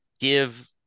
give